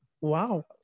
wow